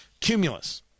Cumulus